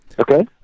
Okay